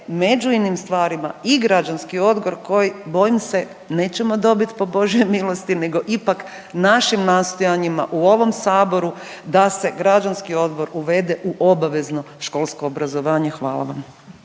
među inim stvarima i građanski odgoj koji, bojim se, nećemo dobiti po Božjoj milosti, nego ipak našim nastojanjima u ovom Saboru da se građanski odgoj uvede u obavezno školsko obrazovanje. Hvala vam.